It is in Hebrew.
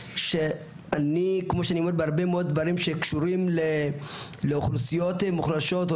כמו שבהרבה מאוד דברים שקשורים לאוכלוסיות מוחלשות או